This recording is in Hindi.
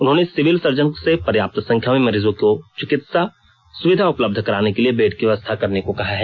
उन्होंने सिविल सर्जन से पर्याप्त संख्या में मरीजों को चिकित्सा सुविधा उपलब्ध कराने के लिए बेड की व्यवस्था करने को कहा है